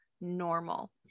normal